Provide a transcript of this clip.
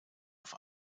auf